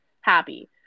happy